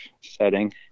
setting